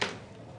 בבקשה.